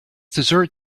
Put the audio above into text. dessert